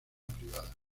privada